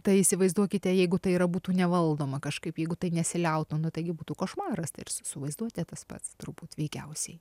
tai įsivaizduokite jeigu tai yra būtų nevaldoma kažkaip jeigu tai nesiliautų nu taigi būtų košmaras tai ir su vaizduote tas pats turbūt veikiausiai